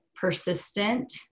persistent